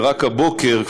ורק הבוקר,